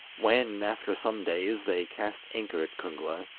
when, after some days, they cast anchor at kungla,